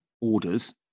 orders